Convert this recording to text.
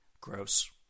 Gross